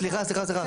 סליחה, סליחה.